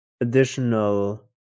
additional